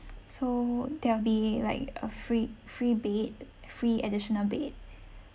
so there'll be like a free free bed free additional bed